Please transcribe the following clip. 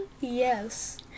Yes